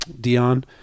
Dion